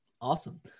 Awesome